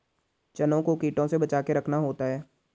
चनों को कीटों से बचाके रखना होता है